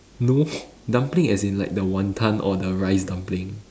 no dumpling as in like the wanton or the rice dumpling